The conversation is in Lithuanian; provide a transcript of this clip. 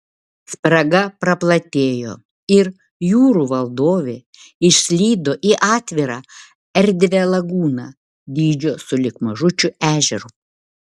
spraga praplatėjo ir jūrų valdovė išslydo į atvirą erdvią lagūną dydžio sulig mažučiu ežeru